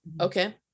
Okay